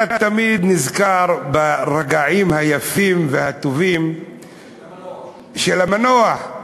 אתה תמיד נזכר ברגעים היפים והטובים של המנוח.